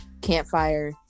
Campfire